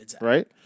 right